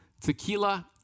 tequila